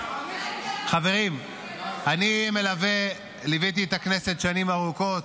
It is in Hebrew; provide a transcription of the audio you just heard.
------ חברים, ליוויתי את הכנסת שנים ארוכות,